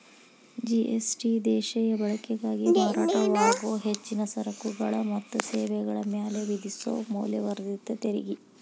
GST ದೇಶೇಯ ಬಳಕೆಗಾಗಿ ಮಾರಾಟವಾಗೊ ಹೆಚ್ಚಿನ ಸರಕುಗಳ ಮತ್ತ ಸೇವೆಗಳ ಮ್ಯಾಲೆ ವಿಧಿಸೊ ಮೌಲ್ಯವರ್ಧಿತ ತೆರಿಗಿ